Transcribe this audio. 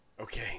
Okay